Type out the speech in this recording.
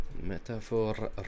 metaphor